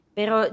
Pero